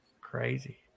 crazy